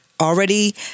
already